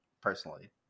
personally